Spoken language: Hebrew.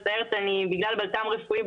אני מצטערת שבגלל בלת"מ רפואי,